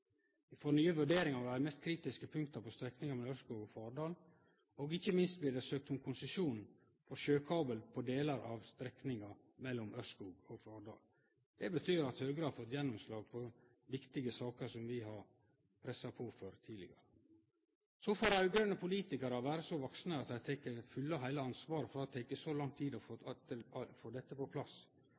får nye vurderingar av dei mest kritiske punkta på strekninga mellom Ørskog og Fardal, og ikkje minst blir det søkt om konsesjon for sjøkabel på delar av strekninga mellom Ørskog og Fardal. Det betyr at Høgre har fått gjennomslag for viktige saker som vi har pressa på for tidlegare. Så får raud-grøne politikarar vere så vaksne at dei tek det fulle og heile ansvaret for at det har teke så lang tid å få dette på plass,